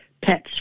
pets